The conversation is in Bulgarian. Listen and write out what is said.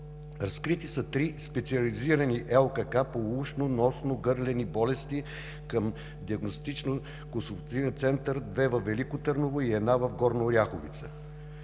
Разкрити са три специализирани ЛКК по ушно-носно-гърлени болести към Диагностично консултативния център – две във Велико Търново и една в Горна Оряховица.